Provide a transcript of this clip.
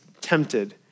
tempted